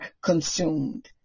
consumed